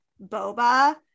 Boba